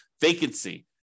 vacancy